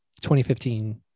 2015